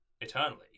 eternally